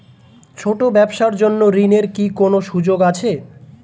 ছোট ব্যবসার জন্য ঋণ এর কি কোন সুযোগ আছে?